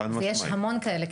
ויש המון כאלה,